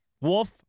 Wolf